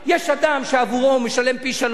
יש אדם שמשלם פי שלושה,